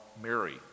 Mary